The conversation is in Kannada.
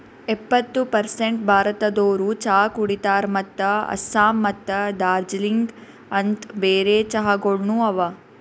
ಎಪ್ಪತ್ತು ಪರ್ಸೇಂಟ್ ಭಾರತದೋರು ಚಹಾ ಕುಡಿತಾರ್ ಮತ್ತ ಆಸ್ಸಾಂ ಮತ್ತ ದಾರ್ಜಿಲಿಂಗ ಅಂತ್ ಬೇರೆ ಚಹಾಗೊಳನು ಅವಾ